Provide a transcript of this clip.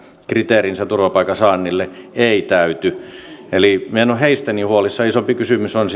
kriteerinsä turvapaikan saannille ei täyty eli minä en ole heistä niin huolissani isompi kysymys on